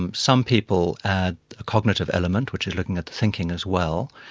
um some people add a cognitive element which is looking at the thinking as well.